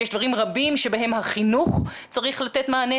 יש דברים רבים שבהם החינוך צריך לתת מענה,